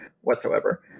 whatsoever